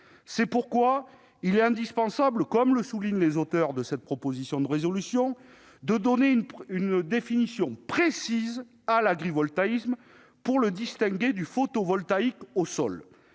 C'est pourquoi il est indispensable, comme le soulignent les auteurs de cette proposition de résolution, de donner une définition précise de l'agrivoltaïsme, afin de le distinguer du photovoltaïque au sol.